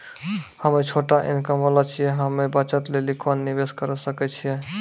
हम्मय छोटा इनकम वाला छियै, हम्मय बचत लेली कोंन निवेश करें सकय छियै?